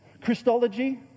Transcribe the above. Christology